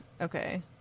Okay